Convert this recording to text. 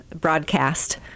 broadcast